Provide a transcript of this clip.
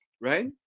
right